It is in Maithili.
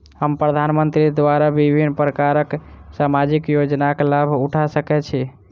हम प्रधानमंत्री द्वारा विभिन्न प्रकारक सामाजिक योजनाक लाभ उठा सकै छी?